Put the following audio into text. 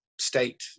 state